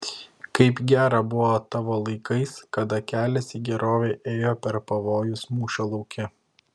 kaip gera buvo tavo laikais kada kelias į gerovę ėjo per pavojus mūšio lauke